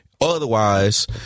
otherwise